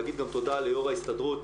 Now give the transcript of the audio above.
להגיד גם תודה ליו"ר ההסתדרות,